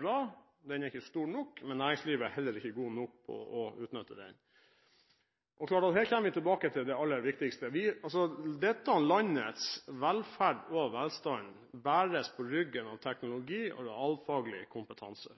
bra, selv om den ikke er stor nok, men næringslivet er heller ikke god nok til å utnytte den. Her kommer vi tilbake til det aller viktigste: Dette landets velferd og velstand bæres på ryggen av teknologi og realfaglig kompetanse.